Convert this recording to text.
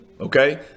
Okay